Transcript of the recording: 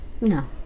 no